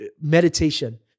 meditation